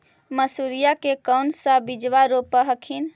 मसुरिया के कौन सा बिजबा रोप हखिन?